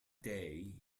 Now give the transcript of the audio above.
day